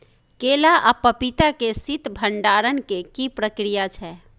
केला आ पपीता के शीत भंडारण के की प्रक्रिया छै?